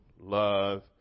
love